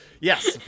yes